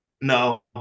No